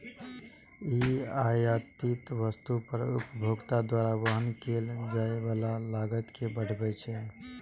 ई आयातित वस्तु पर उपभोक्ता द्वारा वहन कैल जाइ बला लागत कें बढ़बै छै